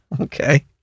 Okay